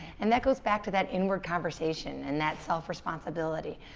and that goes back to that inward conversation, and that self responsibility,